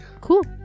cool